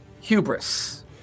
hubris